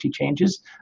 changes